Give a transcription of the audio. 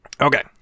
Okay